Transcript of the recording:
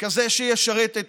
כזה שישרת את